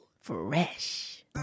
Fresh